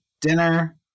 dinner